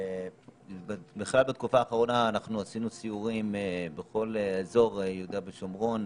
ובכלל בתקופה האחרונה אנחנו עשינו סיורים בכל אזור יהודה ושומרון,